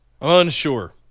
Unsure